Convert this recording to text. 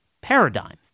paradigm